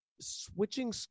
switching